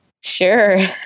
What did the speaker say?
Sure